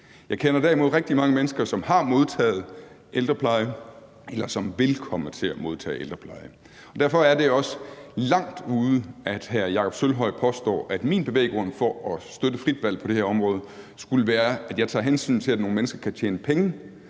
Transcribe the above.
Jeg kender derimod rigtig mange mennesker, som har modtaget ældrepleje, eller som vil komme til at modtage ældrepleje. Derfor er det også langt ude, at hr. Jakob Sølvhøj påstår, at min bevæggrund for at støtte et frit valg på det her område skulle være, at jeg vil tage hensyn til, at nogle mennesker kan tjene penge,